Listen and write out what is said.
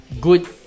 good